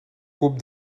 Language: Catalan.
cup